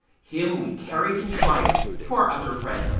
him we carried in triumph to our other friend,